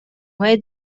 های